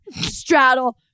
straddle